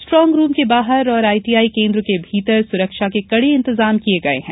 strong room के बाहर और आईटीआई केन्द्र के भीतर सुरक्षा के कडे इंतजाम किये गये हैं